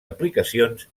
aplicacions